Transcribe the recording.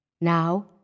Now